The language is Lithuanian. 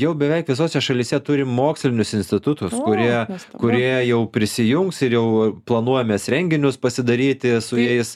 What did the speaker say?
jau beveik visose šalyse turi mokslinius institutus kurie kurie jau prisijungs ir jau planuojamės renginius pasidaryti su jais